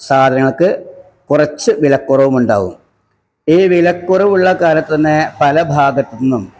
സാധനങ്ങള്ക്ക് കുറച്ച് വിലക്കുറവും ഉണ്ടാവും ഈ വിലക്കുറവുള്ള കാലത്തന്നെ പല ഭാഗത്ത് നിന്നും